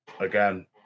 Again